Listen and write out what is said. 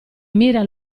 mira